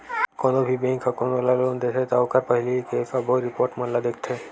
कोनो भी बेंक ह कोनो ल लोन देथे त ओखर पहिली के सबो रिपोट मन ल देखथे